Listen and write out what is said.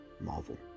Marvel